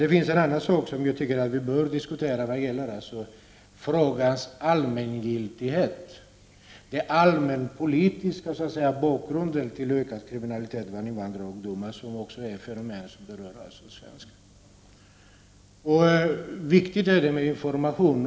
Det finns en annan sak som jag tycker att vi bör diskutera vad gäller frågans allmängiltighet, och det är den allmänpolitiska bakgrunden till ökad kriminalitet kring invandrarungdomar — ett fenomen som berör också svenskar. Det är viktigt att information ges.